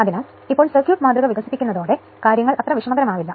അതിനാൽ ഇപ്പോൾ സർക്യൂട്ട് മാതൃക വികസിതമാകുന്നതോടെ കാര്യങ്ങൾ വിഷമകരമല്ല